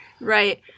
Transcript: Right